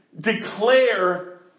declare